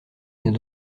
n’est